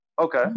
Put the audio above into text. Okay